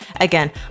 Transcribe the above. again